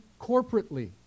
corporately